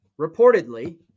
reportedly